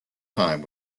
time